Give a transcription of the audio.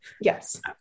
Yes